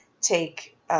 take